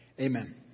Amen